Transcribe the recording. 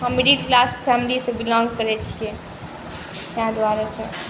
हम middle class फैमिलीसँ belong करै छिए ताहि दुआरेसँ